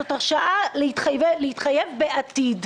זאת הרשאה להתחייב בעתיד.